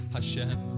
Hashem